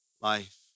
life